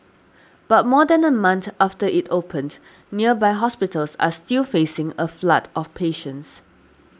but more than a month after it opened nearby hospitals are still facing a flood of patients